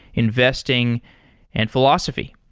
investing and philosophy.